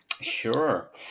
Sure